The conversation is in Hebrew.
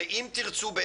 הרי מה עושים